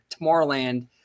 tomorrowland